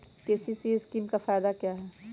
KCC scheme का फायदा क्या है?